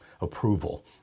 approval